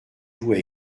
vous